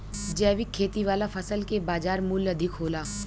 जैविक खेती वाला फसल के बाजार मूल्य अधिक होला